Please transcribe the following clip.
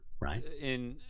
Right